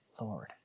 Lord